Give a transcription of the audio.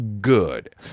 good